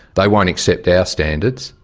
they won't accept our standards,